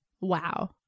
Wow